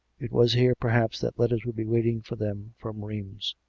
it was here, perhaps, that letters would be waiting for them from rheims.